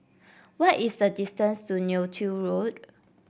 what is the distance to Neo Tiew Road